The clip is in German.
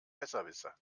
besserwisser